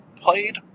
played